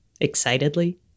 Excitedly